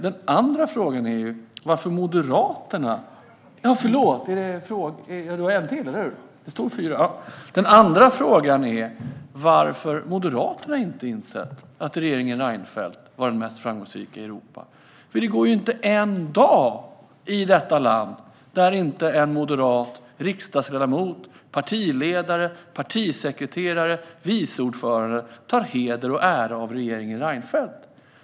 Den andra frågan är: Varför har inte Moderaterna insett att regeringen Reinfeldt var den mest framgångsrika i Europa? Det går ju inte en dag utan att en moderat riksdagsledamot, partiledare, partisekreterare eller viceordförande tar heder och ära av regeringen Reinfeldt.